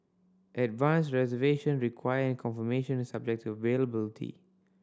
advance reservation required and confirmation is subject to availability